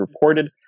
reported